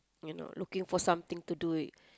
you know looking for something to do